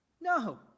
No